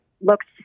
looks